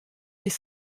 des